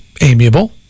amiable